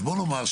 בוא נאמר,